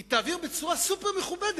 היא תעביר בצורה סופר-מכובדת,